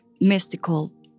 mystical